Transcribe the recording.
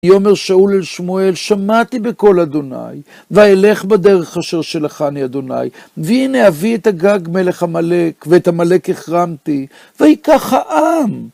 יאמר שאול אל שמואל, שמעתי בקול אדוני, ואילך בדרך אשר שלכני אדוני, והנה אביא את הגג מלך עמלק, ואת עמלק החרמתי, ויקח העם.